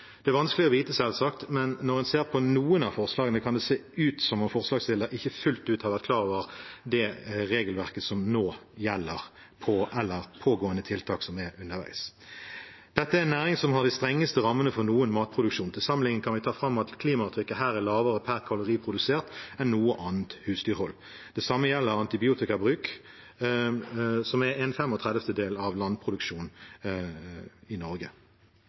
Det er vanskelig å vite, selvsagt, men når man ser på noen av forslagene, kan det se ut som om forslagsstiller ikke fullt ut har vært klar over det regelverket som nå gjelder, eller pågående tiltak som er underveis. Denne næringen har de strengeste rammene for noen matproduksjon. Til sammenlikning kan vi ta fram at klimaavtrykket her er lavere per kalori produsert enn i noe annet husdyrhold. Det samme gjelder antibiotikabruk, som er 1/35 av landproduksjonen i Norge